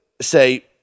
say